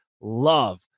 love